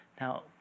Now